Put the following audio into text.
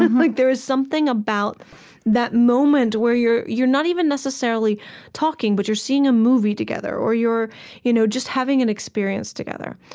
and like there is something about that moment where you're you're not even necessarily talking, but you're seeing a movie together, or you're you know just having an experience together.